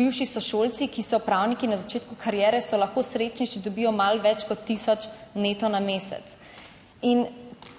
bivši sošolci, ki so pravniki na začetku kariere, so lahko srečni, če dobijo malo več kot tisoč neto na mesec. In